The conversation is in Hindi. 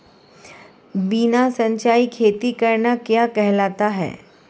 बिना सिंचाई खेती करना क्या कहलाता है?